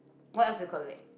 what else do you collect